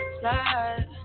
slide